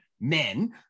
men